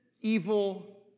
evil